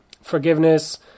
forgiveness